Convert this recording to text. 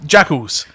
Jackals